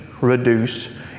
Reduced